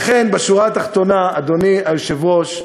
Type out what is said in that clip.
לכן, בשורה התחתונה, אדוני היושב-ראש,